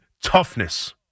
toughness